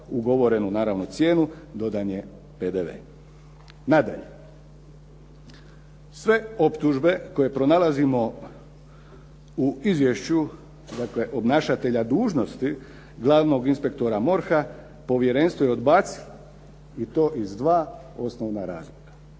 ugovorenu naravno cijenu dodan je PDV. Nadalje, sve optužbe koje pronalazimo u izvješću obnašatelja dužnosti glavnog inspektora MORH-a Povjerenstvo je odbacilo i to iz dva osnovna razloga.